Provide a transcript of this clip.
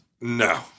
no